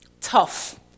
tough